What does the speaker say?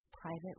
privately